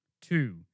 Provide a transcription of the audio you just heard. Two